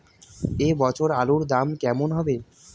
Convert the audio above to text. এ বছর আলুর দাম কেমন হবে?